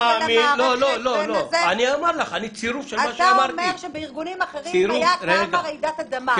אתה אומר שבארגונים אחרים הייתה קמה רעידת אדמה.